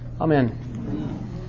amen